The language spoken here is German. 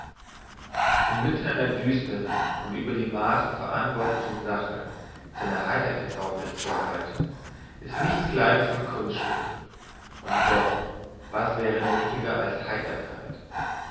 inmitten einer düstern und über die maassen verantwortlichen sache seine heiterkeit aufrecht erhalten ist nichts kleines von kunststück und doch was wäre nöthiger als heiterkeit